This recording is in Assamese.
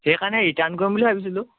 সেইকাৰণে ৰিটাৰ্ণ কৰিম ভাবিছিলোঁ